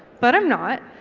but i'm not.